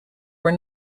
were